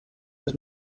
was